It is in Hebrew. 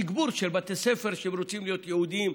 תגבור של בתי ספר שרוצים להיות ייעודיים,